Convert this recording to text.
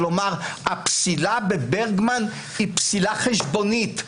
כלומר הפסילה בברגמן היא פסילה חשבונית,